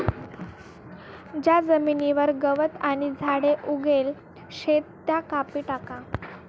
ज्या जमीनवर गवत आणि झाडे उगेल शेत त्या कापी टाका